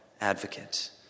advocate